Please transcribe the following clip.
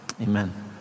Amen